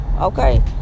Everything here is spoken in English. okay